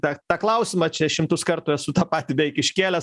tą tą klausimą čia šimtus kartų esu tą patį beveik iškėlęs